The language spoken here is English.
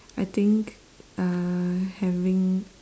I think uh having